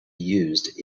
used